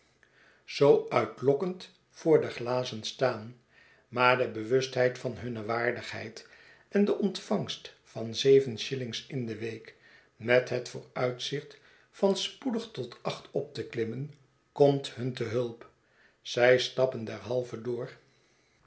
zoo uitlokkend voor de glazen staan maar de bewustheid van hunne waardigheid en de oritvangst van zeven shillings in de week met het vooruitzicht van spoedig tot acht op te klimmen komt hun te hulp zij stappen derhalve door